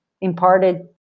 imparted